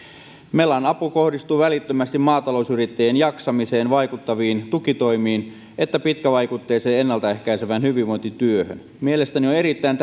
melan apu kohdistuu sekä välittömästi maatalousyrittäjien jaksamiseen vaikuttaviin tukitoimiin että pitkävaikutteiseen ennalta ehkäisevään hyvinvointityöhön mielestäni on on erittäin